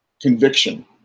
conviction